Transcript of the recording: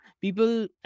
people